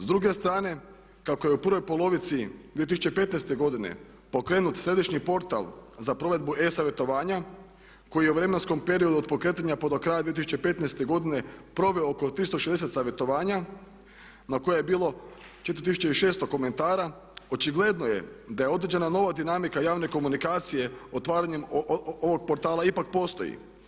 S druge strane kako je u prvoj polovici 2015.godine pokrenut središnji portal za provedbu e-savjetovanja koji je u vremenskom periodu od pokretanja pa do kraja 2015.godine proveo oko 360 savjetovanja na koje je bilo 4 tisuće 600 komentara očigledno je da je određena dinamika javne komunikacije otvaranjem ovog portala ipak postoji.